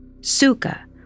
suka